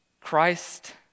Christ